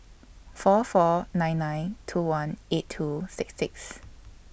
four four nine nine two one eight two six six